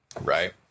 Right